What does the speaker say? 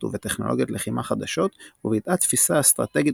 ובטכנולוגיות לחימה חדשות וביטאה תפישה אסטרטגית